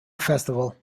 festival